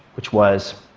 which was,